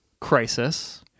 crisis